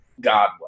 God